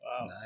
Wow